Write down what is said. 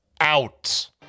out